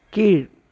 கீழ்